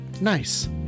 nice